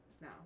no